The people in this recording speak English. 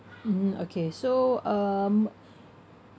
mm okay so um